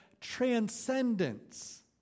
transcendence